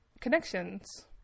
connections